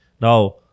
now